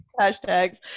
hashtags